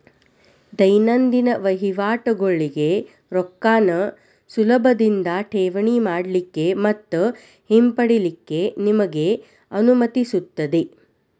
ದೈನಂದಿನ ವಹಿವಾಟಗೋಳಿಗೆ ರೊಕ್ಕಾನ ಸುಲಭದಿಂದಾ ಠೇವಣಿ ಮಾಡಲಿಕ್ಕೆ ಮತ್ತ ಹಿಂಪಡಿಲಿಕ್ಕೆ ನಿಮಗೆ ಅನುಮತಿಸುತ್ತದೆ